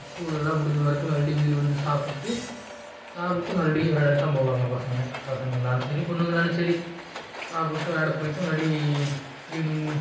ஸ்கூலெல்லாம் முடிஞ்சவரைக்கும் மறுபடி வீடு வந்து சாப்பிட்டு சாப்பிட்டு மறுபடியும் விளையாடத்தான் போவாங்க பசங்கள் பசங்கன்னாலும் சரி பொண்ணுங்கன்னாலும் சரி சாப்பிட்டு விளையாடப் போய்விட்டு மறுபடி ஈவினிங்